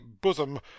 bosom